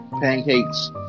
Pancakes